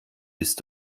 ist